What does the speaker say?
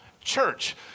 church